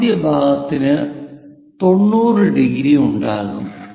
ആദ്യ ഭാഗത്തിന് 90° ഉണ്ടാകും